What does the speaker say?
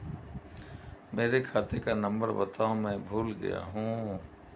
मेरे खाते का नंबर बताओ मैं भूल गया हूं